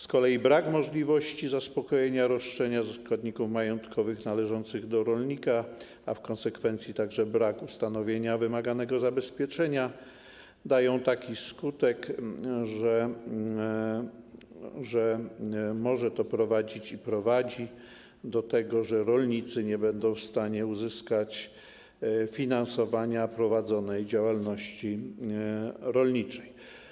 Z kolei brak możliwości zaspokojenia roszczenia ze składników majątkowych należących do rolnika, a w konsekwencji także brak ustanowienia wymaganego zabezpieczenia dają taki skutek, że może to prowadzić i prowadzi do tego, że rolnicy nie będą w stanie uzyskać finansowania prowadzonej działalności rolniczej.